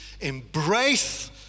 embrace